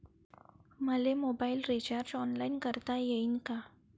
मले mobile recharge online करता येईन का?